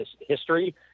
history